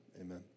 amen